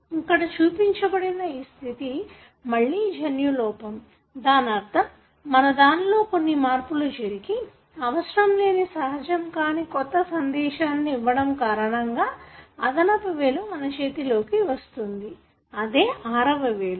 ఇక్కడ చూపించ బడిన ఈ స్థితి మళ్ళీ జన్యు లోపం దానర్థం మన దానిలో కొన్ని మార్పులు జరిగి అవసరం లేని సహజం కాని కొత్త సందేశాలను ఇవ్వడం కారణంగా అదనపు వేలు మన చేతిలోకి వస్తుంది అదే ఆరవ వేలు